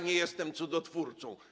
Nie jestem cudotwórcą.